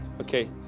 okay